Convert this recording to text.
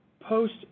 post